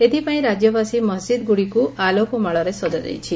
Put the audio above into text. ଏଥିପାଇଁ ରାକ୍ୟବାସୀ ମସଜିଦ୍ଗୁଡ଼ିକୁ ଆଲୋକମାଳାରେ ସଜାଯାଇଛି